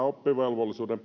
oppivelvollisuuden